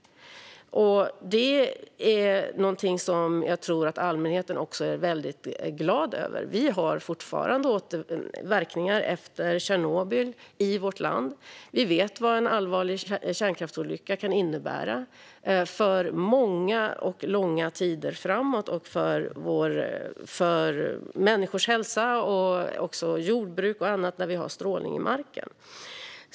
Det är någonting som jag tror att också allmänheten är väldigt glad över. Vi har fortfarande verkningar efter Tjernobyl i vårt land. Vi vet vad en allvarlig kärnkraftsolycka kan innebära för långa tider framåt för människors hälsa, för jordbruk och annat när vi har strålning i marken.